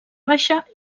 baixa